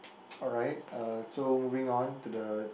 alright uh so moving on to the